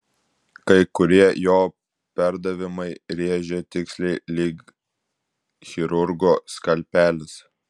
kai kurie jo perdavimai rėžė tiksliai lyg chirurgo skalpelis